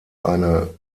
eine